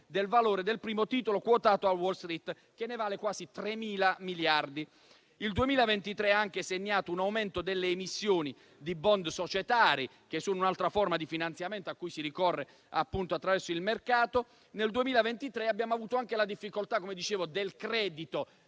del valore del primo titolo quotato a Wall Street, che vale quasi 3.000 miliardi. Il 2023 ha anche segnato un aumento delle emissioni di *bond* societari, che sono un'altra forma di finanziamento a cui si ricorre attraverso il mercato. Nel 2023 abbiamo avuto anche criticità legate